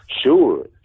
sure